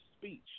speech